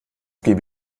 gebe